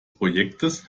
projektes